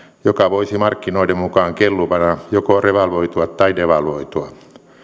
joka voisi markkinoiden mukaan kelluvana joko revalvoitua ja devalvoitua